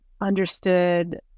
understood